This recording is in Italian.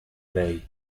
lei